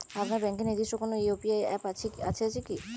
আপনার ব্যাংকের নির্দিষ্ট কোনো ইউ.পি.আই অ্যাপ আছে আছে কি?